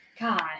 God